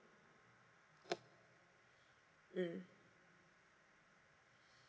mm